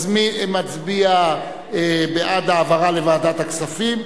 מצביע בעד העברה לוועדת הכספים,